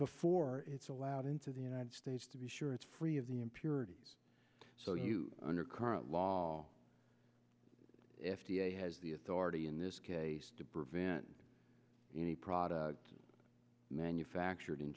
before it's allowed into the united states to be sure it's free of the impurities so you under current law f d a has the authority in this case to prevent any product manufactured in